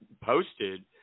posted